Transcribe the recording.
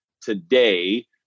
today